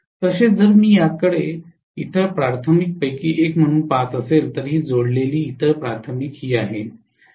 तसेच जर मी याकडे इतर प्राथमिकंपैकी एक म्हणून पहात असेल तर ही जोडलेली इतर प्राथमिक ही आहे